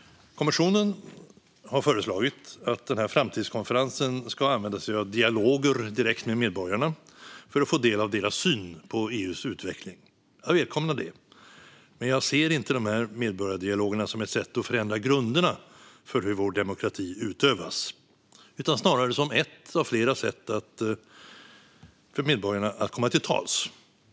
Kommissionen har föreslagit att framtidskonferensen ska använda sig av dialoger direkt med medborgarna för att få del av deras syn på EU:s utveckling. Jag välkomnar det, men jag ser inte de här medborgardialogerna som ett sätt att förändra grunderna för hur vår demokrati utövas utan snarare som ett av flera sätt för medborgarna att komma till tals.